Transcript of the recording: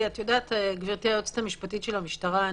גברתי היועצת המשפטית של המשטרה,